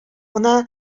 кына